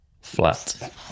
Flat